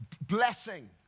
blessing